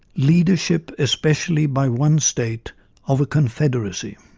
leadership, especially by one state of a confederacy'